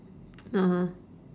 (uh huh)